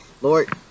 Lord